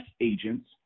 agents